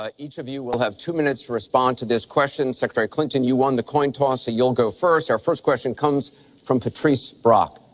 ah each of you will have two minutes to respond to this question. secretary clinton, you won the coin toss so you'll go first. our first question comes from patrice brock.